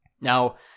Now